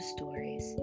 Stories